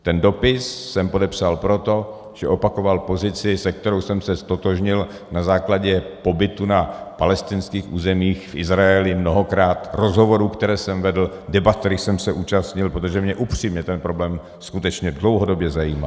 Ten dopis jsem podepsal proto, že opakoval pozici, se kterou jsem se ztotožnil na základě pobytu na palestinských územích v Izraeli mnohokrát, rozhovorů, které jsem vedl, debat, kterých jsem se účastnil, protože mě upřímně ten problém skutečně dlouhodobě zajímal.